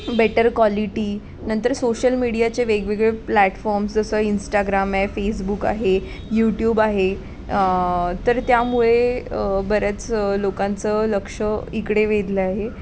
better quality नंतर social मीडियाचे वेगवेगळे प्लॅटफॉम्स जसं इंस्टाग्राम आहे फेसबुक आहे यूट्यूब आहे तर त्यामुळे बऱ्याच लोकांचं लक्ष इकडे वेधलं आहे